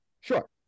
sure